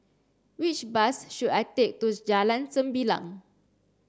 which bus should I take to Jalan Sembilang